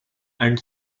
and